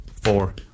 four